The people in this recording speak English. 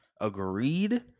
agreed